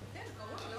כנסת נכבדה,